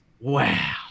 wow